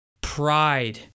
pride